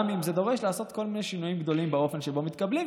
גם אם זה דורש לעשות כל מיני שינויים גדולים באופן שבו מתקבלים.